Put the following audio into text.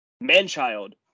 man-child